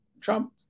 Trump